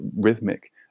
rhythmic